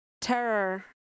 terror